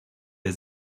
der